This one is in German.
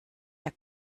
der